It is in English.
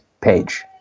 page